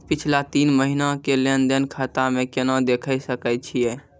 पिछला तीन महिना के लेंन देंन खाता मे केना देखे सकय छियै?